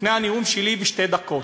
לפני הנאום שלי, שתי דקות,